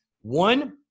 One